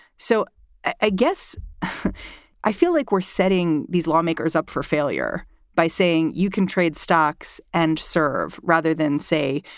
so i guess i feel like we're setting these lawmakers up for failure by saying you can trade stocks and serve rather than, say,